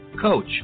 coach